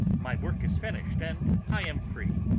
my work is finished, and i am free.